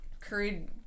Curried